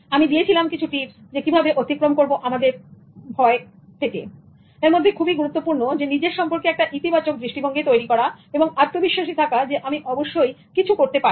এবং আমি দিয়েছিলাম কিছু টিপস কিভাবে অতিক্রম করব আমাদের ভয় এই নিয়েএরমধ্যে খুবই গুরুত্বপূর্ণ নিজের সম্পর্কে একটা ইতিবাচক দৃষ্টিভঙ্গি তৈরি করা এবং আত্মবিশ্বাসী থাকা যে আমি অবশ্যই কিছু করতে পারি